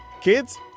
Kids